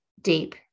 deep